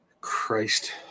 Christ